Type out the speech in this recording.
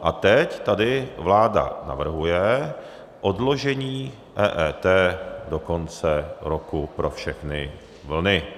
A teď tady vláda navrhuje odložení EET do konce roku pro všechny vlny.